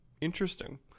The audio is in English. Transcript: interesting